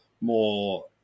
more